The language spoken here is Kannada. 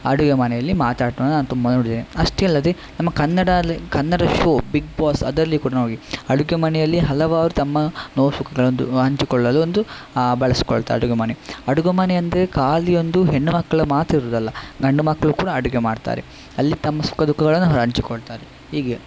ಅಡುಗೆ ಮನೆಯಲ್ಲಿ ಮಾತನಾಡೋದನ್ನು ನಾನು ತುಂಬ ನೋಡಿದ್ದೇನೆ ಅಷ್ಟೇ ಅಲ್ಲದೆ ನಮ್ಮ ಕನ್ನಡದಲ್ಲಿ ಕನ್ನಡ ಶೋ ಬಿಗ್ ಬಾಸ್ ಅದರಲ್ಲಿ ಕೂಡ ನೋಡಿ ಅಡುಗೆ ಮನೆಯಲ್ಲಿ ಹಲವಾರು ತಮ್ಮ ನೋವು ಸುಖಗಳದ್ದು ಹಂಚಿಕೊಳ್ಳಲು ಒಂದು ಬಳಸಿಕೊಳ್ತಾರೆ ಅಡುಗೆ ಮನೆ ಅಡುಗೆ ಮನೆಯೆಂದರೆ ಖಾಲಿ ಒಂದು ಹೆಣ್ಣು ಮಕ್ಕಳು ಮಾತ್ರ ಇರುವುದಲ್ಲ ಗಂಡು ಮಕ್ಕಳು ಕುಡ ಅಡುಗೆ ಮಾಡ್ತಾರೆ ಅಲ್ಲಿ ತಮ್ಮ ಸುಖ ದುಃಖಗಳನ್ನು ಅವರು ಹಂಚಿಕೊಳ್ತಾರೆ ಹೀಗೆ